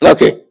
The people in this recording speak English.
Okay